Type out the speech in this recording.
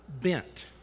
bent